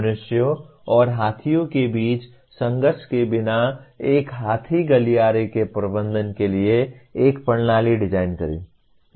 मनुष्यों और हाथियों के बीच संघर्ष के बिना एक हाथी गलियारे के प्रबंधन के लिए एक प्रणाली डिज़ाइन करें